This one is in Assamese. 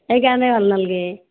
সেইকাৰণে ভাল নালগে